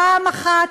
פעם אחת,